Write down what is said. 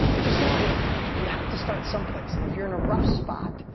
just know that we have to start some place and if you're in a rough spot,